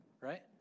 right